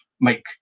make